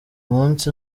munsi